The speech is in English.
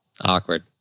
Awkward